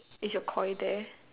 is your Koi there